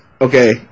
Okay